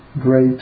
great